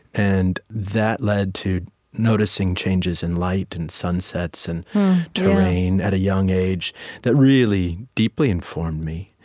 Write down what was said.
and that led to noticing changes in light and sunsets and terrain at a young age that really deeply informed me,